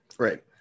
Right